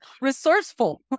resourceful